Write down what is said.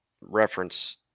reference